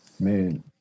Man